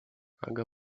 aga